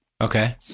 Okay